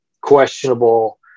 questionable